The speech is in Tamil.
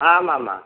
ஆமாம்மா